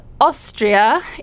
Austria